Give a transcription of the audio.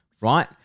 Right